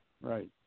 Right